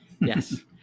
Yes